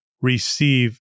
receive